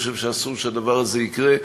אני חושב שאסור שהדבר הזה יקרה.